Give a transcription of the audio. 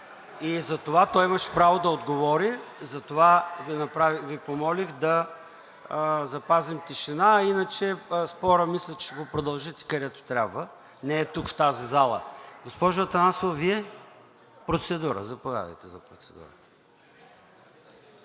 затова той имаше право да отговори. Затова Ви помолих да запазим тишина. Иначе спорът мисля, че ще го продължите където трябва, не тук, в тази зала. Госпожо Атанасова, Вие? Заповядайте за процедура.